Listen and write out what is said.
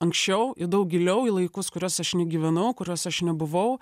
anksčiau į daug giliau į laikus kuriuos aš negyvenau kuriuos aš nebuvau